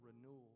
renewal